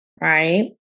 Right